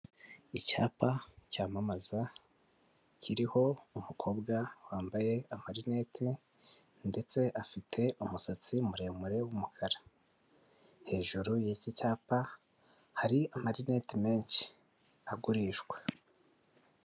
Icyapa cyamamaza kiriho umukobwa wambaye amarinete ndetse afite umusatsi muremure w'umukara, hejuru y'iki cyapa hari amarineti menshi agurishwa.